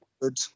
good